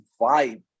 vibe